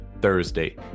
Thursday